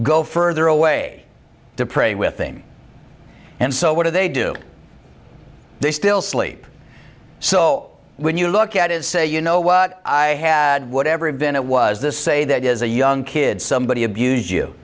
go further away to pray with thing and so what do they do they still sleep so when you look at it say you know what i had whatever event it was this say that as a young kid somebody abuse you